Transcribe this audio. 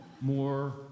more